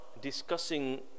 discussing